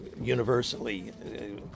universally